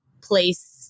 place